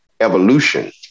evolution